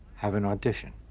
have an audition.